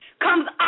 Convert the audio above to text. Comes